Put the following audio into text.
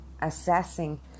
assessing